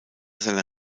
seiner